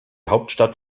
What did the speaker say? hauptstadt